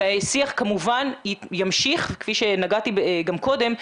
השיח כמובן ימשיך כפי שנגעתי גם קודם.